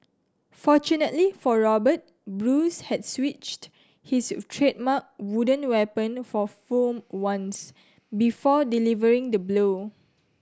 fortunately for Robert Bruce had switched his trademark wooden weapon for foam ones before delivering the blow